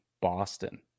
boston